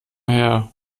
her